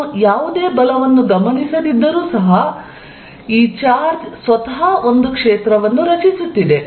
ನಾವು ಯಾವುದೇ ಬಲವನ್ನು ಗಮನಿಸದಿದ್ದರೂ ಸಹ ಈ ಚಾರ್ಜ್ ಸ್ವತಃ ಒಂದು ಕ್ಷೇತ್ರವನ್ನು ರಚಿಸುತ್ತಿದೆ